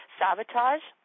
sabotage